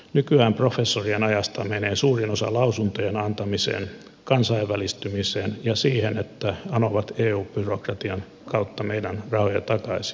nykyään professorien ajasta menee suurin osa lausuntojen antamiseen kansainvälistymiseen ja siihen että anovat eu byrokratian kautta meidän rahojamme takaisin